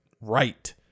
right